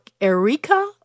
Erika